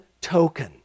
token